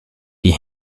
die